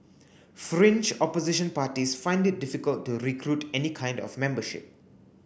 Fringe Opposition parties find it difficult to recruit any kind of membership